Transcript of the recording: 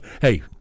Hey